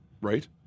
right